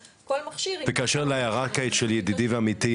ובאשר להערה של ידידי ועמיתי,